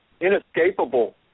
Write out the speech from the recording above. inescapable